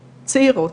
צעירות,